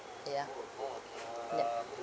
ya yup